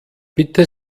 bitte